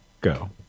go